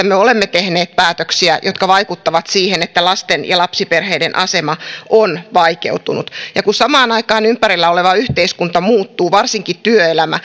me olemme tehneet päätöksiä jotka vaikuttavat siihen että lasten ja lapsiperheiden asema on vaikeutunut ja kun samaan aikaan ympärillä oleva yhteiskunta muuttuu varsinkin työelämä